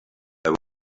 there